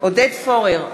עודד פורר,